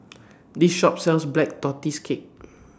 This Shop sells Black Tortoise Cake